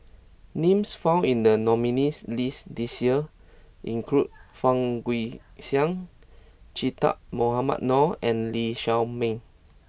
names found in the nominees' list this year include Fang Guixiang Che Dah Mohamed Noor and Lee Shao Meng